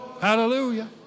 hallelujah